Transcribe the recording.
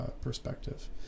perspective